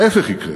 ההפך יקרה,